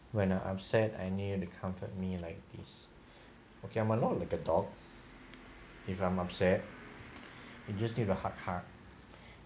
when I'm upset I need you to comfort me like this okay I'm a lot like a dog if I'm upset you just need to hug hug